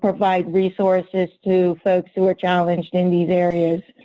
provide resources to folks who are challenged in these areas.